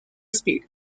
speed